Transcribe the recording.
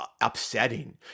upsetting